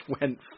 went